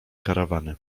karawany